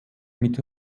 mit